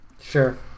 sure